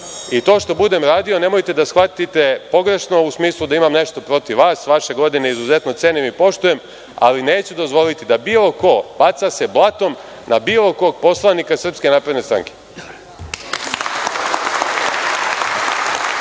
I to što budem radio nemojte da shvatite pogrešno u smislu da imam nešto protiv vas, vaše godine izuzetno cenim i poštujem, ali neću dozvoliti da se bilo ko baca blatom na bilo kog poslanika SNS. **Dragoljub